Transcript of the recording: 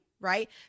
Right